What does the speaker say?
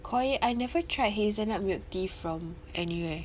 KOI I never tried hazelnut milk tea from anywhere